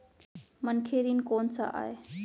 मनखे ऋण कोन स आय?